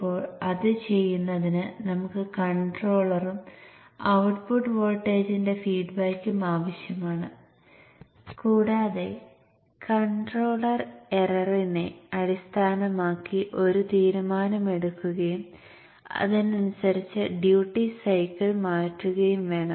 ഇപ്പോൾ അത് ചെയ്യുന്നതിന് നമുക്ക് കൺട്രോളറും ഔട്ട്പുട്ട് വോൾട്ടേജിന്റെ ഫീഡ്ബാക്കും ആവശ്യമാണ് കൂടാതെ കൺട്രോളർ എററിനെ അടിസ്ഥാനമാക്കി ഒരു തീരുമാനം എടുക്കുകയും അതിനനുസരിച്ച് ഡ്യൂട്ടി സൈക്കിൾ മാറ്റുകയും വേണം